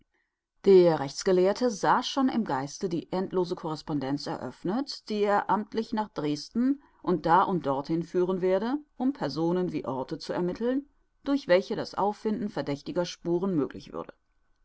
der rechtsgelehrte sah schon im geiste die endlose correspondenz eröffnet die er amtlich nach dresden und da und dorthin führen werde um personen wie orte zu ermitteln durch welche das auffinden verdächtiger spuren möglich würde